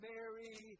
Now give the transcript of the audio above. Mary